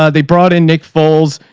ah they brought in nick foals,